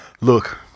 Look